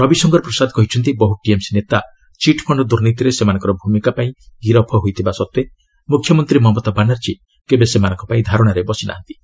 ରବିଶଙ୍କର ପ୍ରସାଦ କହିଛନ୍ତି ବହୁ ଟିଏମ୍ସି ନେତା ଚିଟ୍ଫଣ୍ଡ ଦୁର୍ନୀତିରେ ସେମାନଙ୍କର ଭୂମିକା ପାଇଁ ଗିରଫ ହୋଇଥିବା ସତ୍ତ୍ୱେ ମୁଖ୍ୟମନ୍ତ୍ରୀ ମମତା ବାନାର୍ଜୀ କେବେ ସେମାନଙ୍କ ପାଇଁ ଧାରଣାରେ ବସିନାହାନ୍ତି